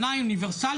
(היו"ר מיכל שיר סגמן,